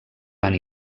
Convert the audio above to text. van